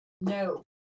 No